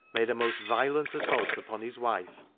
made a most violent assault upon his wife,